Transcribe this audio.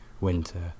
winter